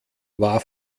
war